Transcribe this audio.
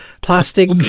plastic